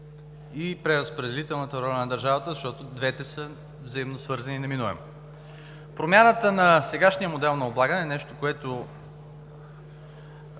и преразпределителната роля на държавата, защото двете са неминуемо взаимно свързани. Промяната на сегашния модел на облагане е нещо, което